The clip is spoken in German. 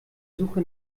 suche